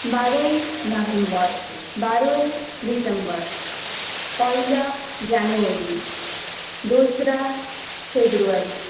বারোই নভেম্বর বারোই ডিসেম্বর পয়লা জানুয়ারি দোসরা ফেব্রুয়ারি